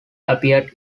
appeared